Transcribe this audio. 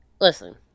Listen